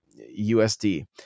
USD